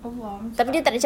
allah tak